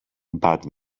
bad